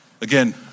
Again